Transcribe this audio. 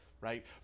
Right